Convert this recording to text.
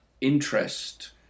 interest